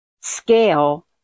scale